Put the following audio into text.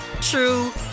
true